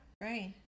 Right